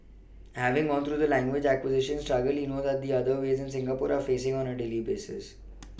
having gone through the language acquisition struggle he knows that the others in Singapore are facing on a daily basis